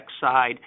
side